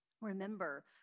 Remember